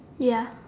ya